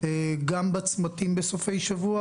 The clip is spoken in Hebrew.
גם בצמתים בסופי שבוע,